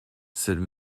said